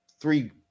three